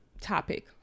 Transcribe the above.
topic